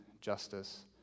justice